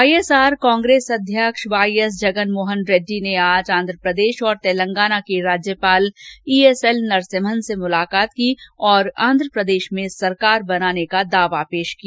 YSR Congress अध्यक्ष Y S Jagan Mohan Reddy ने आज आंध प्रदेश और तेलंगाना के राज्यपाल ईएसएल नरसिम्हन से मुलाकात की और आंध्र प्रदेश में सरकार बनाने का दावा पेश किया